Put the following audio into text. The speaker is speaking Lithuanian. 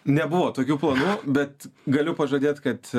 nebuvo tokių planų bet galiu pažadėti kad